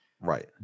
Right